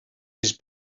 his